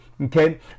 Okay